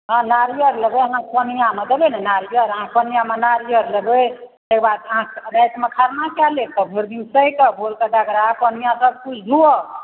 हँ नारियल लेबै अहाँ कोनिआमे देबै ने नारियल अहाँ कोनिआमे नारियल लेबै रातिमे खरना कए लेब भरि दिन सहब भोरकऽ कोनिआ डगरा सब किछु धोयब